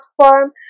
platform